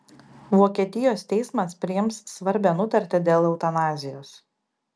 vokietijos teismas priims svarbią nutartį dėl eutanazijos